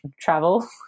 travel